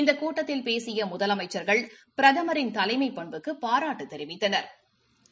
இந்த கூட்டத்தில் பேசிய முதலமைச்சர்கள் பிரதமரின் தலைமைப் பண்புக்கு பாராட்டு தெரிவித்தனா்